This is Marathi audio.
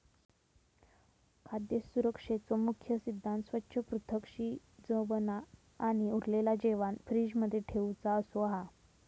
खाद्य सुरक्षेचो मुख्य सिद्धांत स्वच्छ, पृथक, शिजवना आणि उरलेला जेवाण फ्रिज मध्ये ठेउचा असो हा